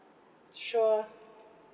sure